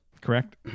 Correct